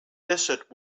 desert